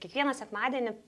kiekvieną sekmadienį